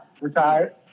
retired